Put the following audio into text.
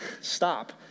Stop